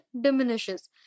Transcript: diminishes